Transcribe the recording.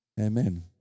Amen